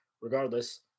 regardless